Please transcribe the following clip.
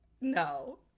No